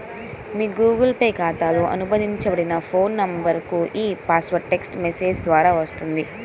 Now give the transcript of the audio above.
మీ Google Pay ఖాతాతో అనుబంధించబడిన phone నంబర్కు ఈ పాస్వర్డ్ టెక్ట్స్ మెసేజ్ ద్వారా వస్తుంది